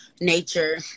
nature